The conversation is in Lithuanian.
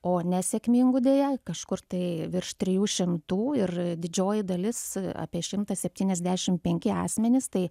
o nesėkmingų deja kažkur tai virš trijų šimtų ir didžioji dalis apie šimtas septyniasdešimt penki asmenys tai